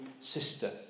sister